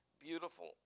beautiful